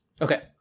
Okay